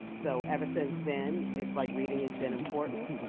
so ever since then it's like reading has been important.